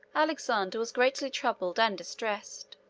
alexander was greatly troubled and distressed.